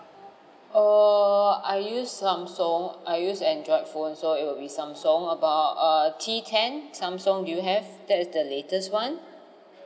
err I use samsung I use android phone so it will be samsung about uh T ten samsung do you have that's the latest one